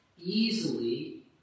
easily